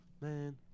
Man